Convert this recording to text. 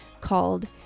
called